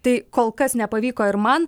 tai kol kas nepavyko ir man